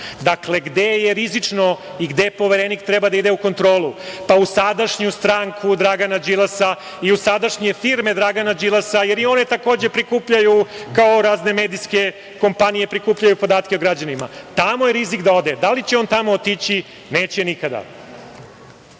kaznu. Dakle, gde je rizično i gde je Poverenik treba da ide u kontrolu? Pa, u sadašnju stranku Dragana Đilasa i u sadašnje firme Dragana Đilasa, jer i one takođe prikupljaju, kao razne medijske kompanije, prikupljaju podatke o građanima. Tamo je rizik da ode. Da li će on tamo otići? Neće nikada. Pri